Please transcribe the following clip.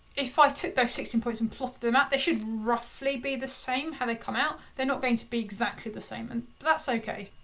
if i took those sixteen points and plotted them out, they should roughly be the same, how they come out. they're not going to be exactly the same and that's okay.